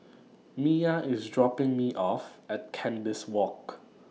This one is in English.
Miya IS dropping Me off At Kandis Walk